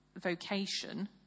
Vocation